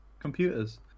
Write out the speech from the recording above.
Computers